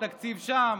תקציב שם?